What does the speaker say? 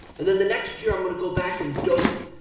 and then the next year i'm gonna go back and dope.